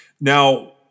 Now